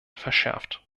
verschärft